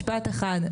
משפט אחד.